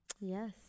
Yes